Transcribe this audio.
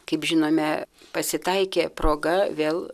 kaip žinome pasitaikė proga vėl